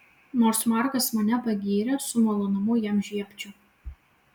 nors markas mane pagyrė su malonumu jam žiebčiau